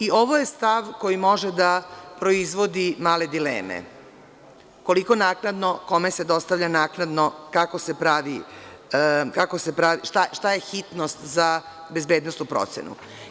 I ovo je stav koji može da proizvodi male dileme - koliko naknadno, kome se dostavlja naknadno, kako se pravi, šta je hitnost za bezbednosnu procenu?